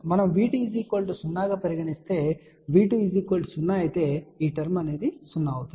మనం V2 0 గా పరిగణిస్తే V2 0 అయితే ఈ టర్మ్ 0 అవుతుంది